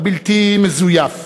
הבלתי-מזויף,